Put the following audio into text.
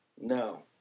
No